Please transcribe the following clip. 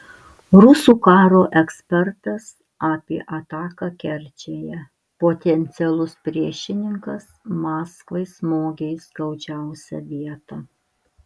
rusų karo ekspertas apie ataką kerčėje potencialus priešininkas maskvai smogė į skaudžiausią vietą